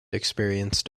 experienced